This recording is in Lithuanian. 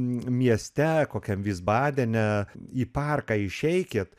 mieste kokiam vysbadene į parką išeikit